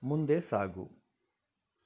ಮುಂದೆ ಸಾಗು